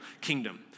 kingdom